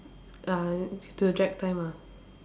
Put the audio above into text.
uh to to drag time ah